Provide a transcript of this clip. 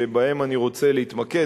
שבהם אני רוצה להתמקד,